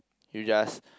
you just